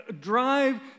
drive